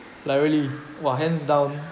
like really !wah! hands down